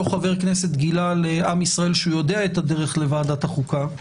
אותו חבר כנסת גילה לעם ישראל שהוא יודע את הדרך לוועדת החוקה,